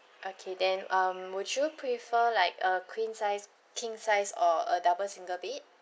okay then um would you prefer like a queen-sized king-sized or a double single bed